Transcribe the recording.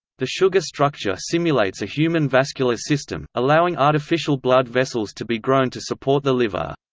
the sugar structure simulates a human vascular system, allowing artificial blood vessels to be grown to support the liver.